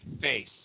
face